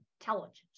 intelligence